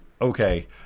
okay